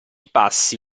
passi